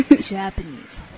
Japanese